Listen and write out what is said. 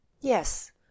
yes